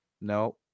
No